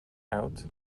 out